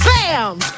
Bam